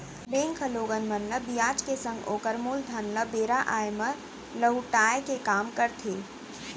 bank ह लोगन मन ल बियाज के संग ओकर मूलधन ल बेरा आय म लहुटाय के काम करथे